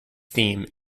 theme